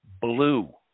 blue